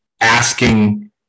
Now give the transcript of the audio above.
asking